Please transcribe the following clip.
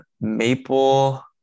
maple